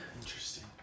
Interesting